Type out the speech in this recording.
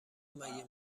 مگه